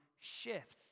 shifts